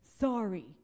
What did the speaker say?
sorry